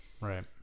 Right